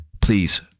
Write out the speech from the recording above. Please